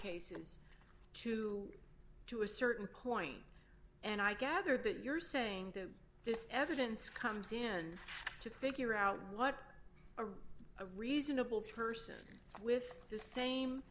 cases too to a certain point and i gather that you're saying this evidence comes in to figure out what a reasonable person with the same